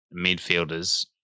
midfielders